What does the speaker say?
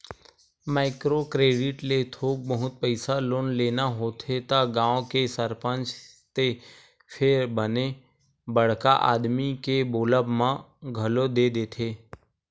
micro credit ले थोक बहुत पइसा लोन लेना होथे त गाँव के सरपंच ते फेर बने बड़का आदमी के बोलब म घलो दे देथे